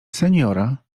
seniora